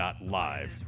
live